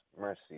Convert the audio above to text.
Mercy